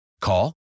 Call